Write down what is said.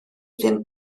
ddim